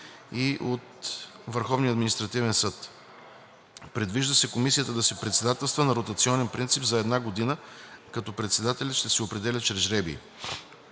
от Върховния административен съд. Предвижда се Комисията да се председателства на ротационен принцип за една година, като председателят ще се определя чрез жребий.